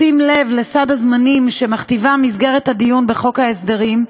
בשים לב לסד הזמנים שמכתיבה מסגרת הדיון בחוק ההסדרים,